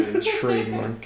Trademark